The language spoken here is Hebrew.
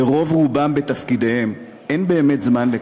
לרוב-רובם בתפקידיהם אין באמת זמן לכך,